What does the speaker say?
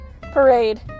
parade